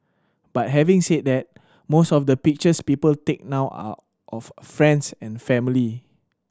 but having said that most of the pictures people take now are of friends and family